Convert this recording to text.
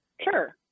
sure